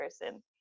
person